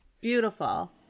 Beautiful